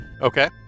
Okay